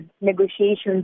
negotiations